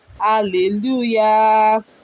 Hallelujah